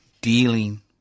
dealing